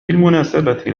بالمناسبة